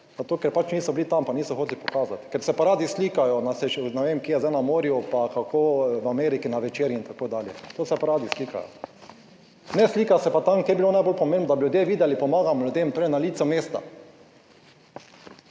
zato ker pač niso bili tam, pa niso hoteli pokazati, ker se pa radi slikajo, ne vem, kje je zdaj na morju, pa kako v Ameriki na večerji in tako dalje, to se pa radi slikajo. Ne slika se pa tam, kjer je bilo najbolj pomembno, da bi ljudje videli pomagamo ljudem, torej na licu mesta.